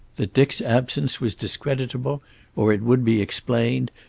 that dick's absence was discreditable or it would be explained,